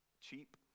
cheap